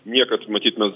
niekad matyt mes